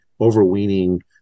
overweening